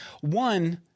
One –